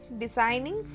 designing